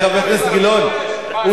חבר הכנסת משה מטלון, בבקשה.